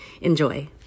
Enjoy